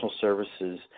services